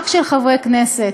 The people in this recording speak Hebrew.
רק של חברי כנסת.